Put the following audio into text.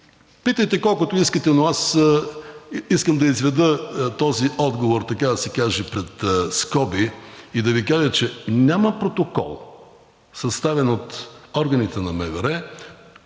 Питайте колкото искате, но искам да изведа този отговор, така да се каже, пред скоби и да Ви кажа, че няма протокол, съставен от органите на МВР,